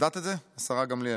ידעת את זה, השרה גמליאל?